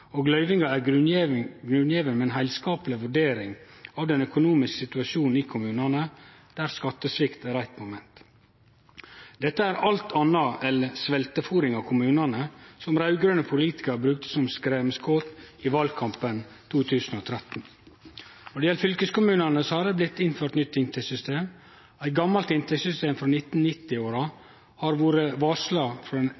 og løyvinga er grunngjeven i ei heilskapleg vurdering av den økonomiske situasjonen i kommunane, der skattesvikt er eitt moment. Dette er alt anna enn sveltefôring av kommunane, som raud-grøne politikarar brukte som skremmeskot i valkampen i 2013. Når det gjeld fylkeskommunane, har det blitt innført nytt inntektssystem. Eit gamalt inntektssystem frå 1990-åra har blitt varsla frå den raud-grøne regjeringa kvart år dei siste åra,